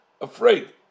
afraid